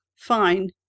Fine